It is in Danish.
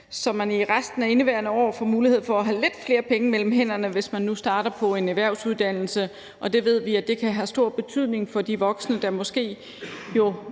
så man i resten af indeværende år får mulighed for at have lidt flere penge mellem hænderne, hvis man nu starter på en erhvervsuddannelse. Det ved vi kan have stor betydning for de voksne, der måske